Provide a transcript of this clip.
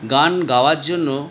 গান গাওয়ার জন্য